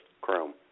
Chrome